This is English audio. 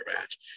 match